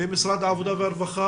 משרד העבודה והרווחה